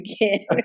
again